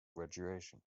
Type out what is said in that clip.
graduation